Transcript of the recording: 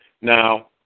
Now